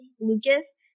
Lucas